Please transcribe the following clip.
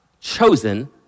chosen